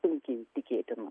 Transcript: sunkiai tikėtina